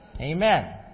Amen